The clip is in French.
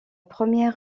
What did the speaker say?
première